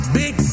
big